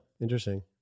Interesting